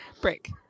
Break